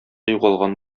югалган